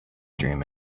dream